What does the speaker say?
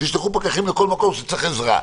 שישלחו פקחים לכל מקום שצריך עזרה.